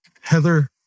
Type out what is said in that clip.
Heather